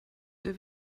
der